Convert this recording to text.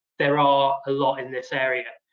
there are a lot in this area.